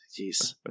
Jeez